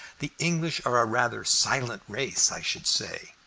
the english are a rather silent race, i should say.